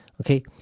okay